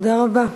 תודה רבה.